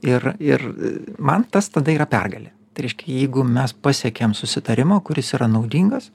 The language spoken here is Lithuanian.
ir ir man tas tada yra pergalė tai reiškia jeigu mes pasiekiam susitarimą kuris yra naudingas